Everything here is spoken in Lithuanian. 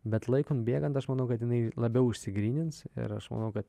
bet laikui bėgant aš manau kad jinai labiau išsigrynins ir aš manau kad